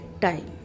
time